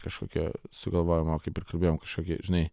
kažkokią sugalvojamą kaip ir kalbėjom kažkokį žinai